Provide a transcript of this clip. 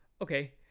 okay